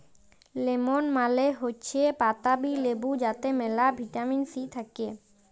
lemon মালে হৈচ্যে পাতাবি লেবু যাতে মেলা ভিটামিন সি থাক্যে